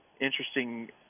interesting